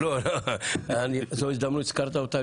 אם הזכרת אותה,